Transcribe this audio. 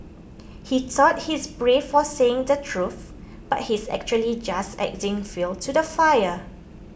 he thought he's brave for saying the truth but he's actually just adding fuel to the fire